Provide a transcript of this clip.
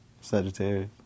Sagittarius